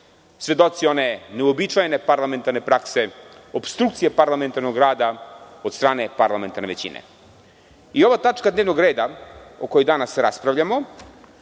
svedoci one uobičajene parlamentarne prakse – opstrukcije parlamentarnog rada od strane parlamentarne većine. Ova tačka dnevnog reda o kojoj danas raspravljamo